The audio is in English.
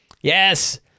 Yes